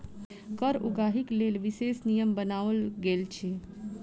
कर उगाहीक लेल विशेष नियम बनाओल गेल छै